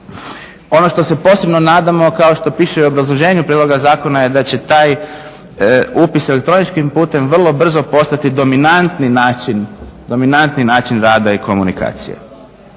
Ono što se posebno nadamo kao što piše u obrazloženju prijedloga zakona je da će taj upis elektroničkim putem vrlo brzo postati dominantni način, dominantni